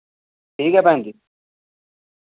ठीक ऐ भैन जी